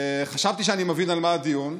חשבתי שאני מבין על מה הדיון,